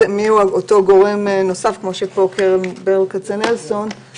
בואו נאשר את זה בנוסח הזה ובקריאה השנייה והשלישית נסגור את